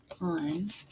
on